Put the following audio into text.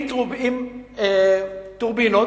עם טורבינות,